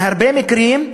בהרבה מקרים,